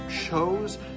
chose